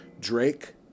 Drake